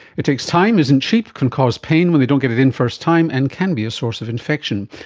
it takes time, isn't cheap, can cause pain when they don't get it in first time, and can be a source of infection.